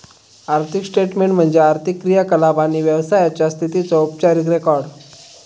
आर्थिक स्टेटमेन्ट म्हणजे आर्थिक क्रियाकलाप आणि व्यवसायाचा स्थितीचो औपचारिक रेकॉर्ड